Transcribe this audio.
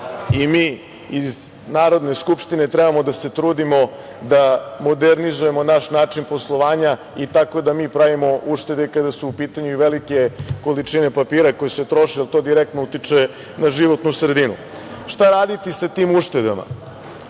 i mi iz Narodne skupštine trebamo da se trudimo da modernizujemo naš način poslovanja i tako da i mi pravimo uštede kada su u pitanju i velike količine papira koji se troši, jer to direktno utiče na životnu sredinu. Šta raditi sa tim uštedama?